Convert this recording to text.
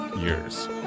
years